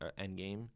Endgame